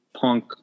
punk